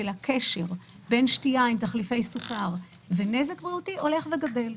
הקשר בין שתייה עם תחליפי סוכר ובין נזק בריאותי הולך וגדל.